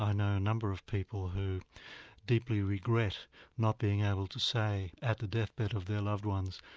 i know a number of people who deeply regret not being able to say at the death bed of their loved ones,